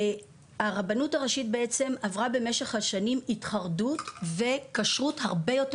הרבנות הראשית עברה במשך השנים התחרדות וכשרות הרבה יותר